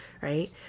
Right